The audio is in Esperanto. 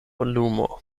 lumo